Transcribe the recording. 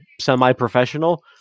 semi-professional